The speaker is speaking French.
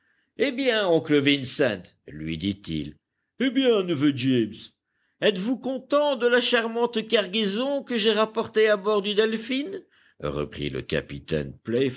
eh bien oncle vincent lui dit-il eh bien neveu james êtes-vous content de la charmante cargaison que j'ai rapportée à bord du delphin reprit le capitaine